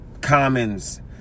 Commons